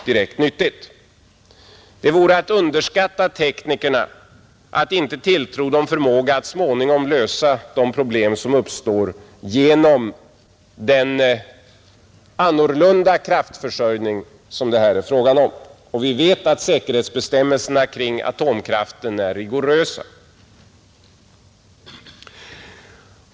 Det vore att underskatta teknikerna att inte tilltro dem förmåga att så småningom lösa de problem som här uppstår. Vi vet också att säkerhetsbestämmelserna kring atomkraften är rigorösa.